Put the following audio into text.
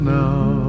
now